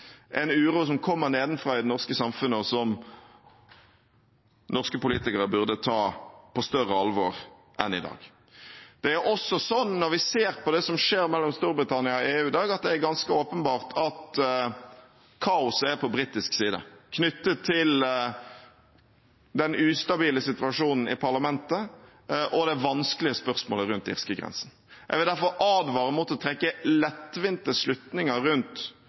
en uro som kommer nedenfra i det norske samfunnet, og som norske politikere burde ta på større alvor enn i dag. Det er også slik, når vi ser på det som skjer mellom Storbritannia og EU i dag, at det er ganske åpenbart at kaoset er på britisk side, knyttet til den ustabile situasjonen i parlamentet og det vanskelige spørsmålet rundt irskegrensen. Jeg vil derfor advare mot å trekke lettvinte slutninger rundt